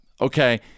Okay